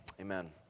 Amen